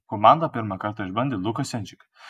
komanda pirmą kartą išbandė luką sendžiką